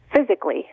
physically